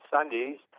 Sundays